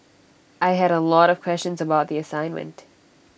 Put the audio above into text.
I had A lot of questions about the assignment